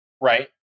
right